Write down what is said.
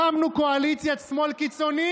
הקמנו קואליציית שמאל קיצוני?